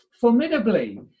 formidably